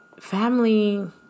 Family